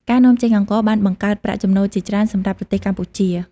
ការនាំចេញអង្ករបានបង្កើតប្រាក់ចំណូលជាច្រើនសម្រាប់ប្រទេសកម្ពុជា។